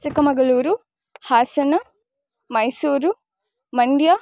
Chikkamagaluru Hassan Mysuru Mandya